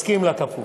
מסכים לכפוף.